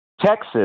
Texas